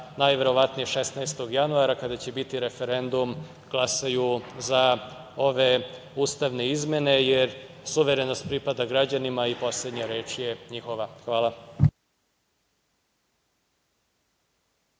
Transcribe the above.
najverovatnije 16. januara, kada će biti referendum, glasaju za ove ustavne izmene, jer suverenost pripada građanima i poslednja reč je njihova. Hvala.